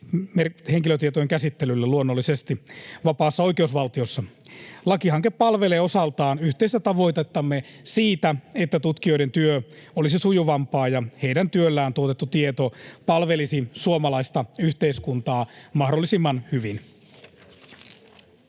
henkilötietojen käsittelylle. Lakihanke palvelee osaltaan yhteistä tavoitettamme siitä, että tutkijoiden työ olisi sujuvampaa ja heidän työllään tuotettu tieto palvelisi suomalaista yhteiskuntaa mahdollisimman hyvin.